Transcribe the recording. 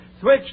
switch